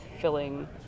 filling